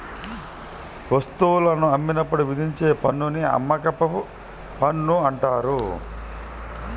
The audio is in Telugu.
వస్తువులను అమ్మినప్పుడు విధించే పన్నుని అమ్మకపు పన్ను అంటారు